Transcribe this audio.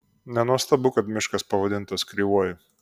nenuostabu kad miškas pavadintas kreivuoju